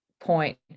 point